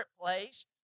place